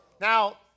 Now